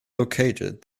located